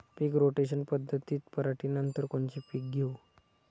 पीक rotation पद्धतीत पराटीनंतर कोनचे पीक घेऊ?